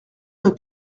notre